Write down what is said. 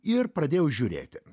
ir pradėjau žiūrėti